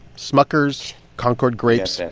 smucker's, concord grapes.